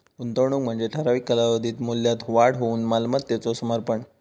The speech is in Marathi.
गुंतवणूक म्हणजे ठराविक कालावधीत मूल्यात वाढ होऊक मालमत्तेचो समर्पण